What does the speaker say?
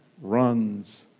runs